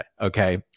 Okay